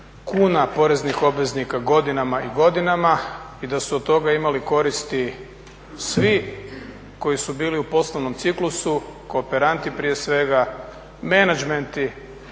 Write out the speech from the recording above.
kuna poreznih obveznika, godinama i godinama i da su od toga imali koristi svi koji su bili u poslovnom ciklusu, kooperanti prije svega, menadžmenti,